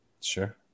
Sure